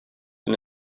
and